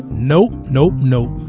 nope, nope. nope.